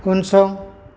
उनसं